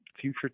future